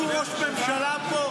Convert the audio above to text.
לא הרגו ראש ממשלה פה?